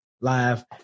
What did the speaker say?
live